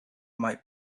might